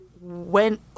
went